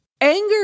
Anger